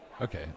okay